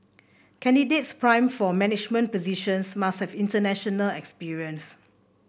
candidates primed for management positions must have international experience